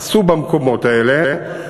עשו במקומות האלה,